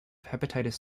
hepatitis